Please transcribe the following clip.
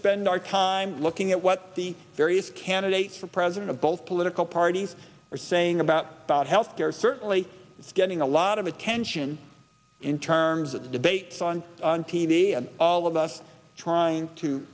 spend our time looking at what the various candidates for president of both political parties are saying about health care certainly it's getting a lot of attention in terms of the debates on t v and all of us trying to